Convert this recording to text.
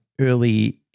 early